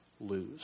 lose